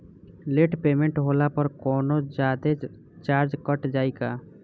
Late payment होला पर कौनोजादे चार्ज कट जायी का?